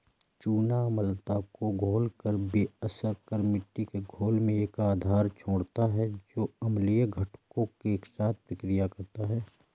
चूना अम्लता को घोलकर बेअसर कर मिट्टी के घोल में एक आधार छोड़ता है जो अम्लीय घटकों के साथ प्रतिक्रिया करता है